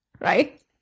right